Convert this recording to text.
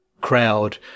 crowd